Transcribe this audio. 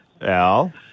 Al